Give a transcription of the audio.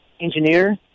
engineer